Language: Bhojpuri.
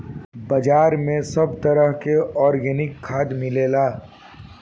बाजार में सब तरह के आर्गेनिक खाद मिलेला